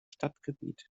stadtgebiet